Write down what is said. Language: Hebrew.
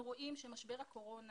אנחנו רואים שמשבר הקורונה